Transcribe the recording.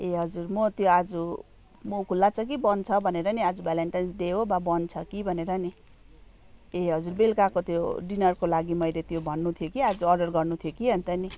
ए हजुर म त्यो आज खुला छ कि बन्द छ भनेर नि आज भ्यालेन्टाइन्स डे हो बा बन्द छ कि भनेर नि ए हजुर बेलकाको त्यो डिनरको लागि मैले त्यो भन्नु थियो कि आज अर्डर गर्नु थियो कि अन्त नि